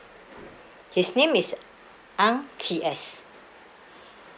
his name is ang T_S